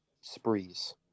sprees